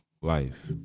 life